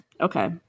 okay